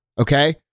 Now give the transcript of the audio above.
okay